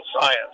science